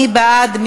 מי בעד?